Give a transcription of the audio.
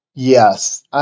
Yes